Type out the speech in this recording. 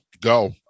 go